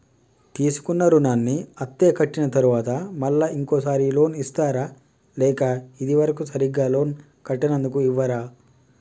తీసుకున్న రుణాన్ని అత్తే కట్టిన తరువాత మళ్ళా ఇంకో సారి లోన్ ఇస్తారా లేక ఇది వరకు సరిగ్గా లోన్ కట్టనందుకు ఇవ్వరా?